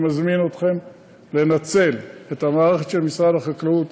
אני מזמין אתכם לנצל את המערכת של משרד החקלאות,